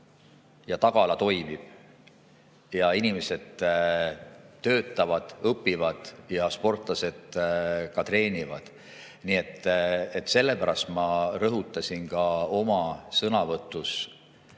ja tagala toimib, inimesed töötavad-õpivad ja sportlased treenivad. Sellepärast ma rõhutasin oma sõnavõtus